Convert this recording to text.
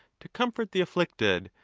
to comfort the afflicted,